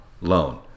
loan